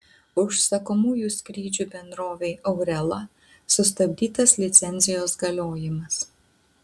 užsakomųjų skrydžių bendrovei aurela sustabdytas licencijos galiojimas